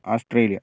Australia